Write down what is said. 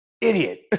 idiot